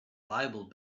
bible